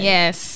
Yes